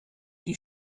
die